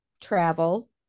travel